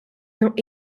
not